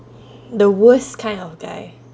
the worst kind of guy